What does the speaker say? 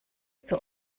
zur